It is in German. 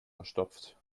verstopft